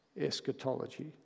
eschatology